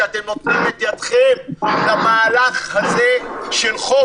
שאתם נותנים את ידכם למהלך הזה של חוק,